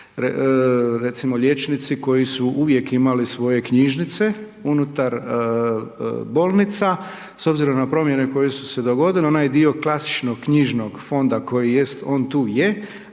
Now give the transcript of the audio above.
recimo liječnici koji su uvijek imali svoje knjižnice, unutar bolnica, s obzirom na promjene koje su se dogodile, onaj dio klasičnog knjižnog fonda koji jest, on tu je,